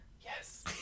Yes